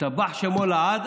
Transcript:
ישתבח שמו לעד,